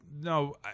no